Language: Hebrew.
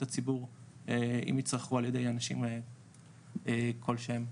הציבור אם ייצרכו על ידי אנשים כל שהם.